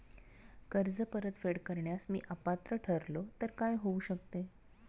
कर्ज परतफेड करण्यास मी अपात्र ठरलो तर काय होऊ शकते?